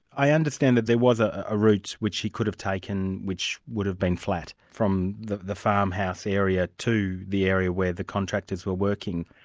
i understand that there was a ah route which he could have taken which would have been flat from the the farmhouse area to the area where the contractors were working.